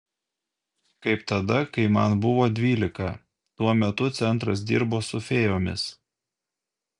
kaip tada kai man buvo dvylika tuo metu centras dirbo su fėjomis